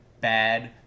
bad